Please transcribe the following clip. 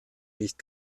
nicht